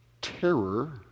terror